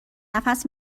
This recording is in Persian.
نفس